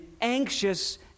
anxious